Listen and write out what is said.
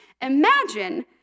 imagine